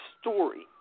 story